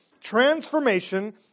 transformation